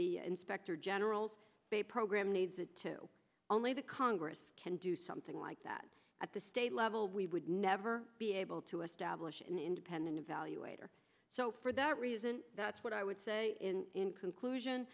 the inspector general's program needs to only the congress can do something like that at the state level we would never be able to establish an independent evaluator so for that reason that's what i would say in conclusion